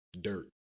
dirt